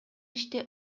иште